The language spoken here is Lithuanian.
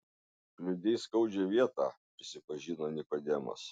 kliudei skaudžią vietą prisipažino nikodemas